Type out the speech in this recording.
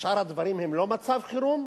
שאר הדברים הם לא מצב חירום?